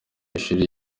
ishuri